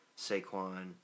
Saquon